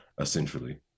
essentially